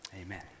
amen